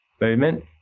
movement